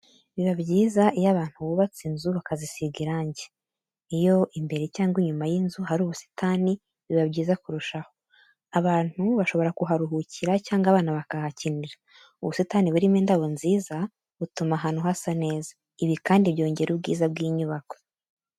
Biba byiza iyo abantu bubatse inzu bakazisiga irangi, iyo imbere cyangwa inyuma y'inzu hari ubusitani biba byiza kurushaho. Abantu bashobora kuharuhukira cyangwa abana bakahakinira. Ubusitani burimo indabo nziza, butuma ahantu hasa neza. Ibi kandi byongera ubwiza bw'inyubako.